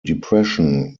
depression